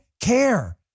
Care